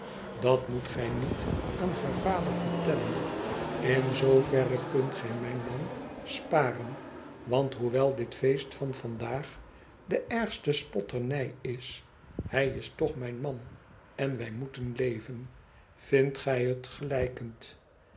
dat moet gij niet aan haar vader vertellen in zoover kunt gij mijn man sparen want hoewel dit feest van vandaag de ergste spotternij is hij is toch mijn man en wij moeten leven vindt gij het gelijkend